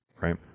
Right